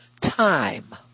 time